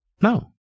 No